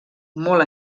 molt